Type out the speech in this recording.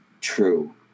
true